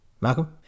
Malcolm